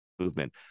movement